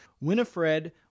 Winifred